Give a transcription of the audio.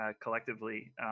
collectively